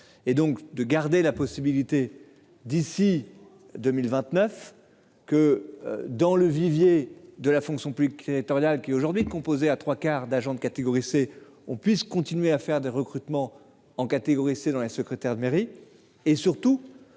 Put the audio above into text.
et donc de garder la possibilité d'ici 2029 que dans le vivier de la fonction publique. L'éditorial qui est aujourd'hui composé à trois quarts d'agents de catégorie C, on puisse continuer à faire des recrutements en catégorie C dans la secrétaire de mairie